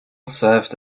served